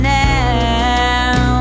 now